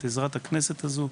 את עזרת הכנסת הזו.